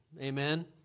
amen